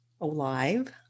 alive